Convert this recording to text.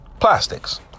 plastics